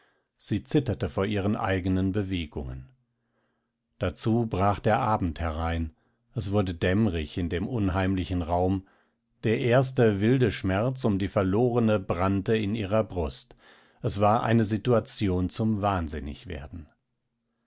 sie zitterte vor ihren eigenen bewegungen dazu brach der abend herein es wurde dämmrig in dem unheimlichen raum der erste wilde schmerz um die verlorene brannte in ihrer brust es war eine situation zum wahnsinnigwerden